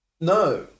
No